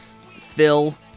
Phil